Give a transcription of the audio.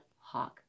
Hawk